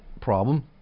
problem